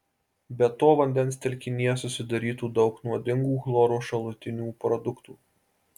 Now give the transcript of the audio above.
be to vandens telkinyje susidarytų daug nuodingų chloro šalutinių produktų